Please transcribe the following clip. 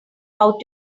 how